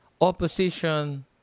opposition